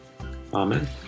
Amen